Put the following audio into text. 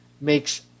makes